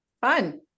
Fun